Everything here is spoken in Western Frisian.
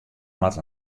moat